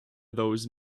those